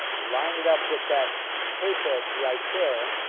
line it up with that tape edge right there.